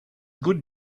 good